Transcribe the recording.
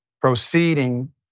proceeding